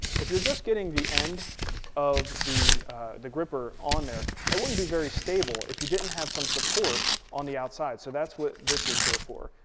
if you're just getting the end of the the grr-ripper on there, that wouldn't be very stable if you didn't have some support on the outside so that's what this is here for.